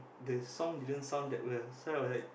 the song didn't sound that well so I was like